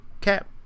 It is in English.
cap